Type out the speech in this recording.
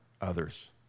Others